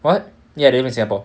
what ya they live in singapore